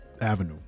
avenue